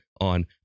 on